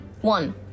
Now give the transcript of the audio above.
one